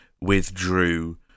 withdrew